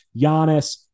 Giannis